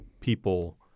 people